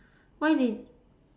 why did